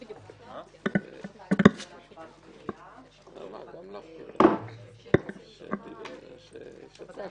13:45.